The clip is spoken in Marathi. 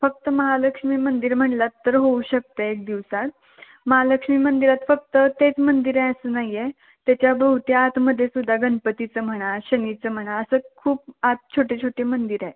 फक्त महालक्ष्मी मंदिर म्हणलात तर होऊ शकते एक दिवसात महालक्ष्मी मंदिरात फक्त तेच मंदिर आहे असं नाही आहे तेच्या भोवती आतमध्येसुद्धा गणपतीचं म्हणा शनीचं म्हणा असं खूप आत छोटे छोटे मंदिरं आहेत